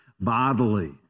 bodily